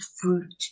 fruit